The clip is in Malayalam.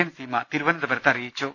എൻ സീമ തിരുവനന്തപുരത്ത് അറി യിച്ചു